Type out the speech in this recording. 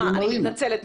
אני מתנצלת.